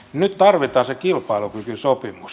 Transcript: nyt tarvitaan se kilpailukykysopimus